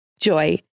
Joy